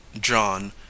John